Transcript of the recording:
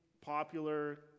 popular